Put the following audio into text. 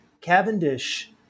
Cavendish